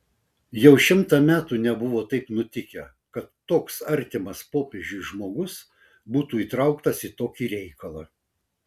jau šimtą metų nebuvo taip nutikę kad toks artimas popiežiui žmogus būtų įtraukas į tokį reikalą